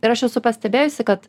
ir aš esu pastebėjusi kad